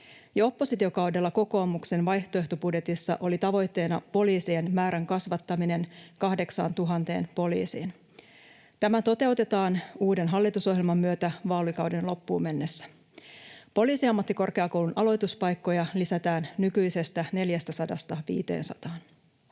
oppositiokaudella kokoomuksen vaihtoehtobudjeteissa oli tavoitteena poliisien määrän kasvattaminen 8 000 poliisiin. Tämä toteutetaan uuden hallitusohjelman myötä vaalikauden loppuun mennessä. Poliisiammattikorkeakoulun aloituspaikkoja lisätään nykyisestä 400:sta